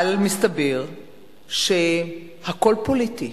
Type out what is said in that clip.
אבל מסתבר שהכול פוליטי,